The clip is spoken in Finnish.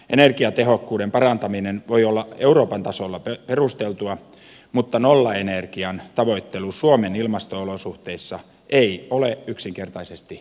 energiatehokkuuden parantaminen voi olla euroopan tasolla perusteltua mutta nollaenergian tavoittelu suomen ilmasto olosuhteissa ei ole yksinkertaisesti järkevää